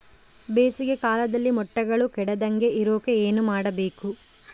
ಬೇಸಿಗೆ ಕಾಲದಲ್ಲಿ ಮೊಟ್ಟೆಗಳು ಕೆಡದಂಗೆ ಇರೋಕೆ ಏನು ಮಾಡಬೇಕು?